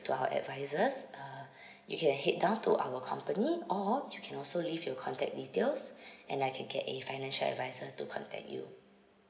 to our advisors uh you can head down to our company or you can also leave your contact details and I can get a financial advisor to contact you